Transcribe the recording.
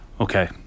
okay